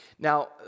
Now